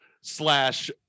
slash